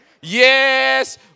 yes